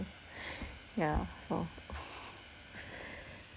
yeah so